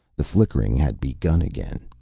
the flickering had begun again.